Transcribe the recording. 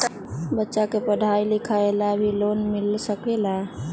बच्चा के पढ़ाई लिखाई ला भी लोन मिल सकेला?